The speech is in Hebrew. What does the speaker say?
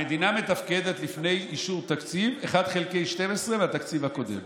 המדינה מתפקדת לפני אישור תקציב 1 חלקי 12 מהתקציב הקודם.